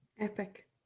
Epic